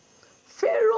Pharaoh